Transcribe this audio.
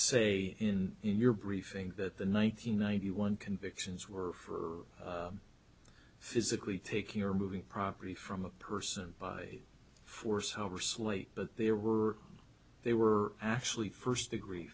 say in your briefing that the nine hundred ninety one convictions were for physically taking or moving property from a person by force oversleep but there were they were actually first degree